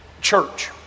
church